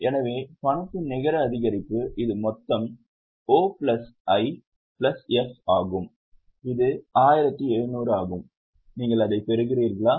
எனவே பணத்தின் நிகர அதிகரிப்பு இது மொத்தம் O plus I plus F ஆகும் இது 1700 ஆகும் நீங்கள் அதைப் பெறுகிறீர்களா